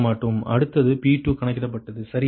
அடுத்து P2 கணக்கிடப்பட்டது சரியா